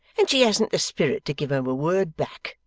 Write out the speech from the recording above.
and she hasn't the spirit to give him a word back,